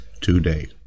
today